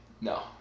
No